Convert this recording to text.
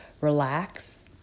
relax